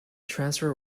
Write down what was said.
transfer